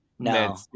no